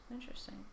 Interesting